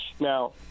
Now